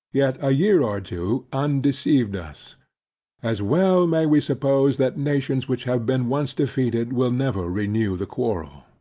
yet a year or two undeceived us as well may we suppose that nations, which have been once defeated, will never renew the quarrel.